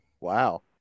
Wow